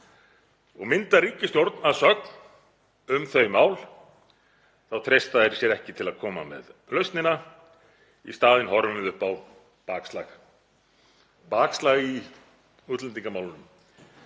og mynda ríkisstjórn að sögn um þau mál þá treysta þeir sér ekki til að koma með lausnina. Í staðinn horfum við upp á bakslag; bakslag í útlendingamálum,